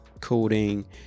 coding